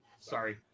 Sorry